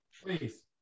Please